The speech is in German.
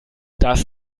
das